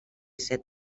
set